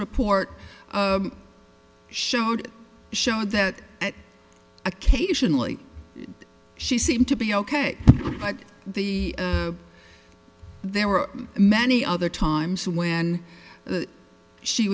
report showed showed that occasionally she seemed to be ok but the there were many other times when she